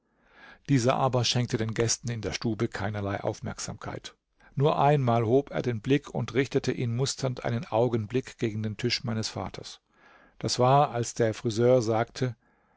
dieser aber schenkte den gästen in der stube keinerlei aufmerksamkeit nur einmal hob er den blick und richtete ihn musternd einen augenblick gegen den tisch meines vaters das war als der friseur sagte